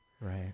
Right